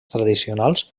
tradicionals